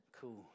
Cool